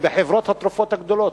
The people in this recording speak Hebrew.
עובדים בחברות התרופות הגדולות.